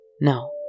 No